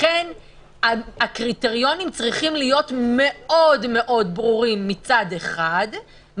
לכן הקריטריונים צריכים להיות מאוד מאוד ברורים מצד אחד,